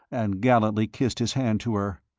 and gallantly kissed his hand to her,